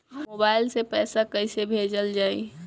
Mobile से पैसा कैसे भेजल जाइ?